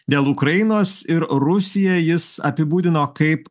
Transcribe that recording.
dėl ukrainos ir rusiją jis apibūdino kaip